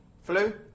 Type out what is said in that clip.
Flu